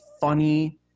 funny